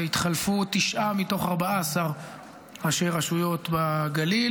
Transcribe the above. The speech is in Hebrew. התחלפו תשעה מתוך 14 ראשי רשויות בגליל,